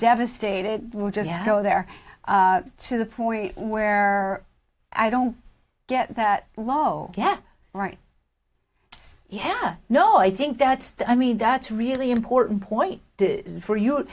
devastated would just go there to the point where i don't get that low yeah right yeah no i think that's i mean that's really important point for you